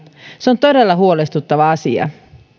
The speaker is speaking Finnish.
se on todella huolestuttava asia